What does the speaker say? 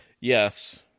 Yes